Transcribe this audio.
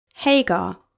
Hagar